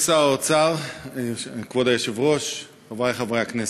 אדוני שר האוצר, כבוד היושב-ראש, חברי חברי הכנסת,